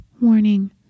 Warning